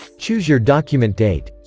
choose your document date